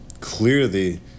clearly